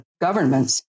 governments